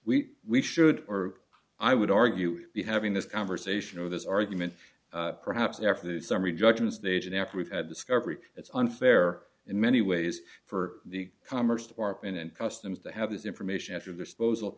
we we should or i would argue be having this conversation or this argument perhaps after the summary judgment stage and after we've had discovery it's unfair in many ways for the commerce department and customs to have this information at your disposal